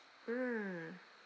mm